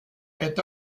est